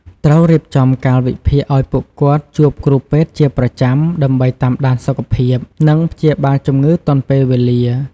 ត្រូវរៀបចំកាលវិភាគឱ្យពួកគាត់ទៅជួបគ្រូពេទ្យជាប្រចាំ ដើម្បីតាមដានសុខភាព និងព្យាបាលជំងឺទាន់ពេលវេលា។